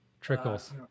trickles